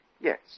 Yes